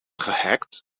gehackt